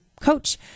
coach